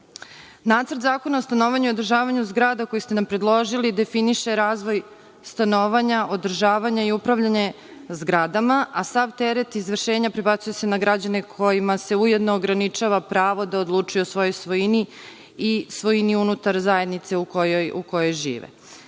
Nacrt zakona o stanovanju i održavanju zgrada koji ste nam predložili definiše razvoj stanovanja, održavanja i upravljanje zgradama, a sav teret izvršenja prebacuje se na građane kojima se ujedno ograničava pravo da odlučuju o svojoj svojini i svojini unutar zajednice u kojoj žive.